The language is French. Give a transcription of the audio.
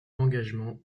engagement